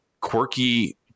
quirky